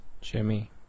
Jimmy